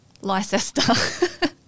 Leicester